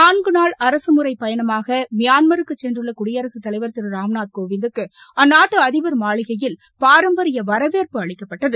நான்கு நாள் அரகமுறை பயணமாக மியான்மருக்கு சென்றுள்ள குடியரகத்தலைவா் திரு ராம்நாத் கோவிந்துக்கு அந்நாட்டு அதிபர் மாளிகையில் பாரம்பரிய வரவேற்பு அளிக்கப்பட்டது